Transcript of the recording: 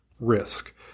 risk